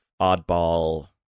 oddball